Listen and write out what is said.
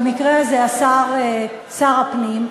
במקרה הזה השר שר הפנים,